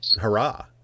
hurrah